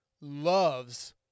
loves